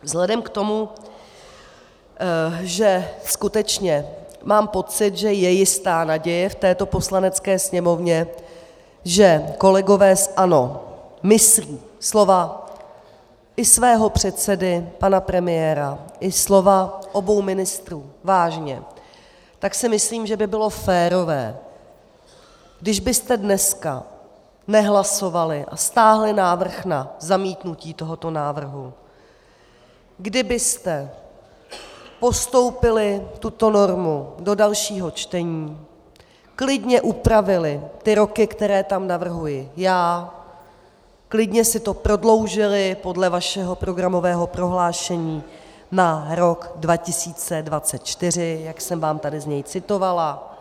Vzhledem k tomu, že skutečně mám pocit, že je jistá naděje v této Poslanecké sněmovně, že kolegové z ANO myslí slova i svého předsedy, pana premiéra, i slova obou ministrů vážně, tak si myslím, že by bylo férové, kdybyste dneska nehlasovali a stáhli návrh na zamítnutí tohoto návrhu, kdybyste postoupili tuto normu do dalšího čtení, klidně upravili ty roky, které tam navrhuji já, klidně si to prodloužili podle vašeho programového prohlášení na rok 2024, jak jsem vám tady z něj citovala.